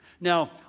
Now